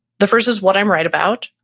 the first is what i'm right about.